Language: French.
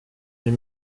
les